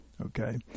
okay